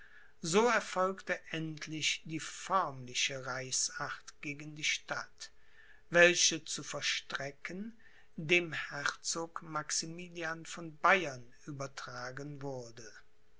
so erfolgte endlich die förmliche reichsacht gegen die stadt welche zu vollstrecken dem herzog maximilian von bayern übertragen wurde